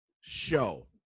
show